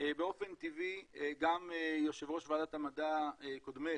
באופן טבעי, גם יו"ר ועדת המדע קודמך,